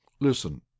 Listen